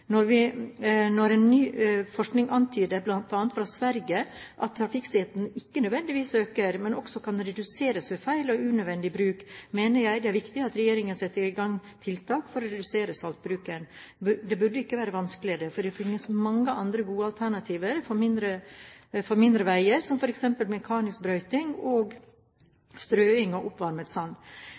Når nå ny forskning, bl.a. fra Sverige, antyder at trafikksikkerheten ikke nødvendigvis øker, men også kan reduseres ved feil og unødvendig bruk av veisalting, mener jeg det er viktig at regjeringen setter i gang tiltak for å redusere saltbruken. Det burde ikke være vanskelig, for det finnes mange andre gode alternativer for mindre veier, som f.eks. mekanisk brøyting og strøing av oppvarmet sand.